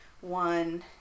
one